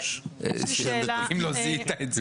אם לא זיהית את זה.